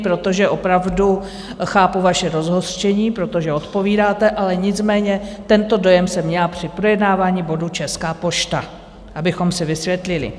Protože opravdu chápu vaše rozhořčení, protože odpovídáte, ale nicméně tento dojem jsem měla při projednávání bodu Česká pošta, abychom si to vysvětlili.